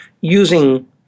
using